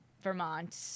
Vermont